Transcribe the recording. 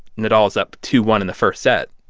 nadal is up two one in the first set,